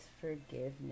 forgiveness